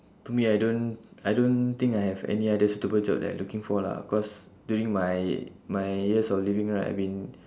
to me I don't I don't think I have any other stable jobs that I'm looking for lah cause during my my years of living right I've been